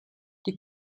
die